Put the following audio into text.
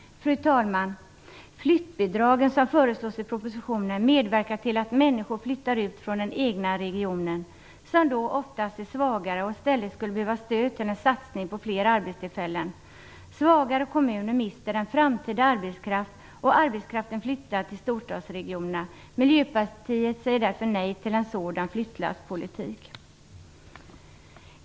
Fru talman! Flyttbidragen som föreslås i propositionen medverkar till att människor flyttar ut från den egna regionen, som då oftast är svagare och i stället skulle behöva stöd till en satsning på fler arbetstillfällen. Svagare kommuner mister en framtida arbetskraft, och arbetskraften flyttar till storstadsregionerna. Miljöpartiet säger därför nej till en sådan flyttlasspolitik.